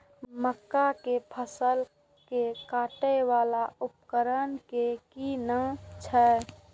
मक्का के फसल कै काटय वाला उपकरण के कि नाम छै?